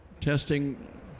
testing